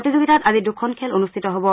প্ৰতিযোগিতাত আজি দুখন খেল অনুষ্ঠিত হ'ব